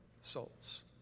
souls